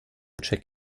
check